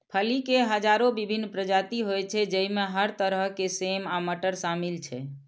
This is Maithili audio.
फली के हजारो विभिन्न प्रजाति होइ छै, जइमे हर तरह के सेम आ मटर शामिल छै